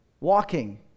walking